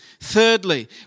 Thirdly